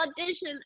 audition